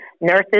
nurses